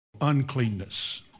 uncleanness